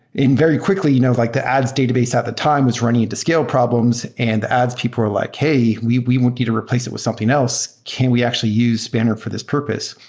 very quickly, you know like the ads database at the time was running into scale problems and the ads people are like, hey, we we would either replace it with something else. can we actually use spanner for this purpose?